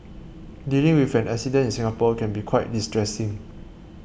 dealing with an accident in Singapore can be quite distressing